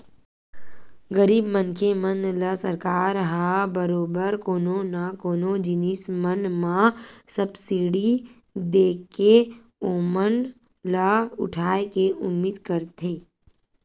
गरीब मनखे मन ल सरकार ह बरोबर कोनो न कोनो जिनिस मन म सब्सिडी देके ओमन ल उठाय के उदिम करथे